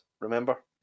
remember